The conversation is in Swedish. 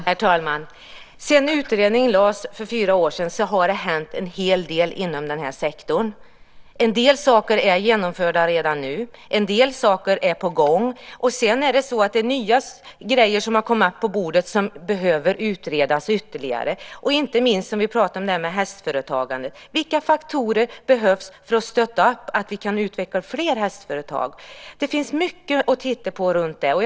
Herr talman! Sedan utredningen lades fram för fyra år sedan har det hänt en hel del inom sektorn. En del saker är genomförda redan nu, och en del saker är på gång. Det finns också nya grejer som har kommit upp på bordet och som behöver utredas ytterligare. Inte minst gäller det hästföretagandet, som vi pratade om. Vilka faktorer behövs för att stötta en utveckling av fler hästföretag? Det finns mycket att titta på när det gäller det.